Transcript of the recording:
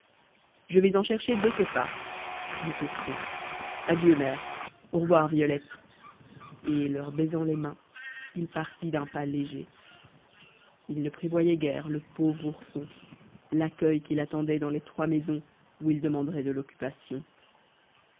je vais en chercher de ce pas dit ourson adieu mère au revoir violette et leur baisant les mains il partit d'un pas léger il ne prévoyait guère le pauvre ourson l'accueil qui l'attendait dans les trois maisons où il demanderait de l'occupation